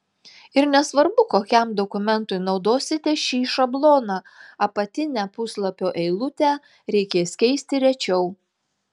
ir nesvarbu kokiam dokumentui naudosite šį šabloną apatinę puslapio eilutę reikės keisti rečiau